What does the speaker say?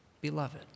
Beloved